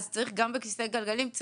גם בכיסא גלגלים,